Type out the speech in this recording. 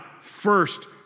first